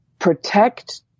protect